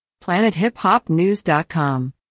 PlanetHipHopNews.com